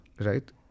right